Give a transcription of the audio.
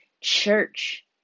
church